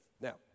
Now